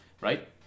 right